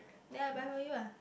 then I buy for you ah